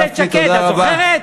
איילת שקד, את זוכרת?